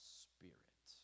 spirit